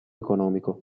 economico